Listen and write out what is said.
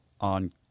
on